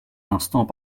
l’instant